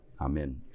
Amen